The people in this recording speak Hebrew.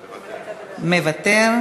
מוותר.